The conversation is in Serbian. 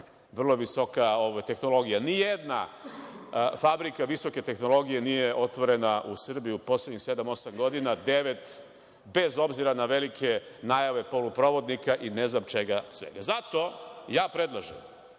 vrlo visoka tehnologija. Ni jedna fabrika visoke tehnologije nije otvorena u Srbiji u poslednjih sedam, osam godina, bez obzira na velike najave poluprovodnika i ne znam čega još. Zato, ja predlažem